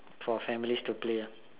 for families to play ah